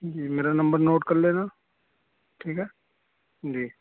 جی میرا number note کر لینا ٹھیک ہے جی